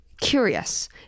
curious